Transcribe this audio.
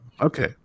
Okay